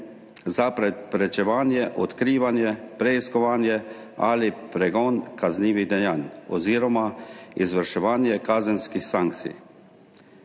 za preprečevanje, odkrivanje, preiskovanje ali pregon kaznivih dejanj oziroma izvrševanje kazenskih sankcij.